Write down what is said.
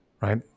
right